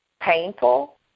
painful